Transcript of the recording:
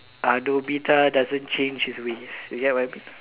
uh Nobita doesn't change his ways you get what I mean